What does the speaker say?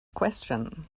question